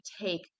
take